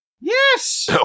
yes